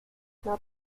not